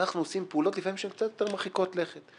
אנחנו עושים פעולות לפעמים שהן קצת יותר מרחיקות לכת.